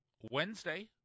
Wednesday